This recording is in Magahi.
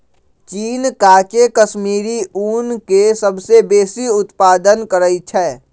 चीन काचे कश्मीरी ऊन के सबसे बेशी उत्पादन करइ छै